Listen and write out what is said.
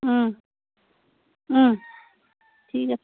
ঠিক আছে